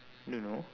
I don't know